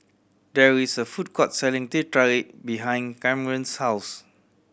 there is a food court selling Teh Tarik behind Kamren's house